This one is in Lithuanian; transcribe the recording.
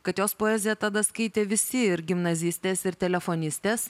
kad jos poeziją tada skaitė visi ir gimnazistės ir telefonistės